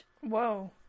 Whoa